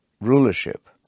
rulership